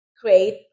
create